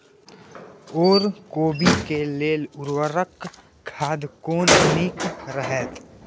ओर कोबी के लेल उर्वरक खाद कोन नीक रहैत?